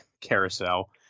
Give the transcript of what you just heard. carousel